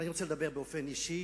אבל אני רוצה לדבר באופן אישי.